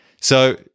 So-